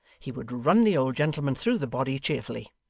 he would run the old gentleman through the body cheerfully,